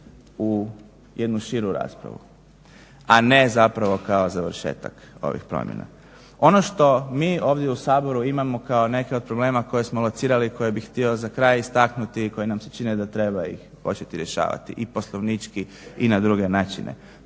u jednu širu raspravu, a ne zapravo kao završetak ovih promjena. Ono što mi ovdje u Saboru imamo kao neke od problema koje smo locirali i koje bih htio za kraj istaknuti i koje nam se čine da treba ih početi rješavati i poslovnički i na druge načine.